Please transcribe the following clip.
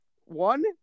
one